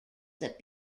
that